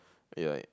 ya